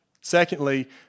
Secondly